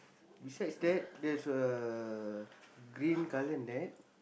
besides that there's a green colour net